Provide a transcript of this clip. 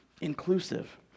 inclusive